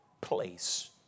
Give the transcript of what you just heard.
place